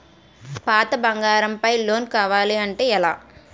పాత బంగారం పై లోన్ కావాలి అంటే ఎలా?